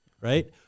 right